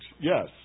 Yes